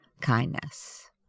kindness